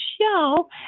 show